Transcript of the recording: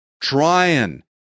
trying